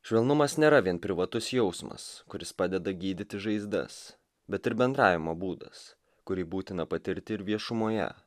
švelnumas nėra vien privatus jausmas kuris padeda gydyti žaizdas bet ir bendravimo būdas kurį būtina patirti ir viešumoje